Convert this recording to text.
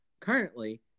Currently